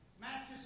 matches